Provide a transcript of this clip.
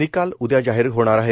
निकाल उदया जाहीर होणार आहेत